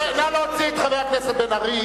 נא להוציא את חבר הכנסת בן-ארי.